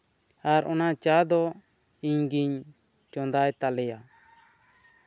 ᱟᱨ ᱚᱱᱟ ᱪᱟ ᱫᱚ ᱤᱧ ᱜᱤᱧ ᱪᱚᱸᱫᱟᱭ ᱛᱟᱞᱮᱭᱟ